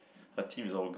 her team is all girl